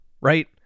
Right